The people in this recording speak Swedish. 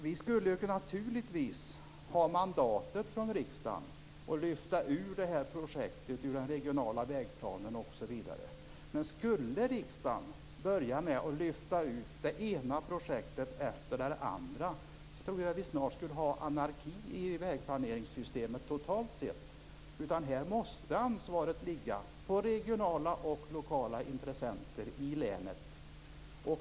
Vi skulle naturligtvis ha mandatet från riksdagen att lyfta ut det här projektet ur den regionala vägplanen. Men skulle riksdagen börja med att lyfta ut det ena projektet efter det andra tror jag snart att vi skulle ha anarki i vägplaneringssystemet totalt sett. Här måste ansvaret ligga på regionala och lokala intressenter i länet.